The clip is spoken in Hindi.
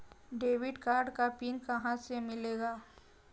डेबिट कार्ड का पिन कहां से मिलेगा?